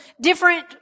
different